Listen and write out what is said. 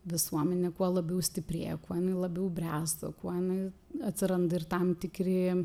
visuomenė kuo labiau stiprėja kuo jinai labiau bręsta kuo jinai atsiranda ir tam tikri